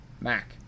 Mac